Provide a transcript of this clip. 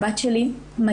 הבת שלי מדהימה.